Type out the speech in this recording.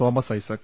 Thomas Isaac